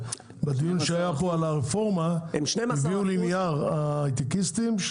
בדיון שהיה פה על הרפורמה ההייטקיסטים הביאו